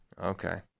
Okay